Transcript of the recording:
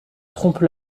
trompe